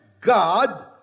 God